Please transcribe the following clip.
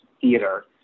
theater